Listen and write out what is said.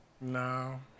No